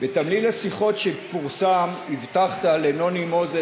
בתמליל השיחות שפורסם הבטחת לנוני מוזס